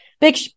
Big